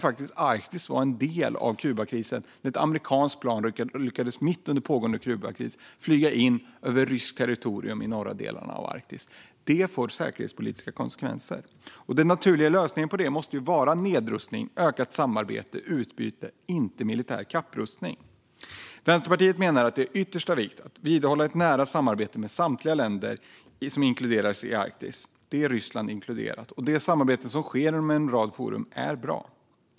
Arktis blev faktiskt en del av Kubakrisen när ett amerikanskt plan mitt under krisen lyckades flyga in över ryskt territorium i de norra delarna av Arktis. Det får säkerhetspolitiska konsekvenser. Den naturliga lösningen på detta måste vara nedrustning, ökat samarbete och utbyte - inte militär kapprustning. Vänsterpartiet menar att det är av yttersta vikt att vidhålla ett nära samarbete mellan samtliga länder som ingår i Arktis, och då är Ryssland inkluderat. Det samarbete som sker inom en rad forum är bra.